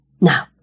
Now